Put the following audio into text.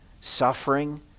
suffering